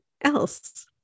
else